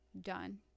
done